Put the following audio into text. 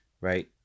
Right